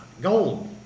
gold